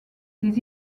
des